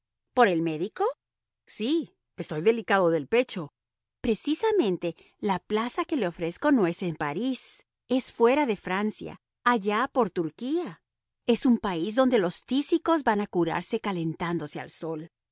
por el médico sí estoy delicado del pecho precisamente la plaza que le ofrezco no es en parís es fuera de francia allá por turquía en un país donde los tísicos van a curarse calentándose al sol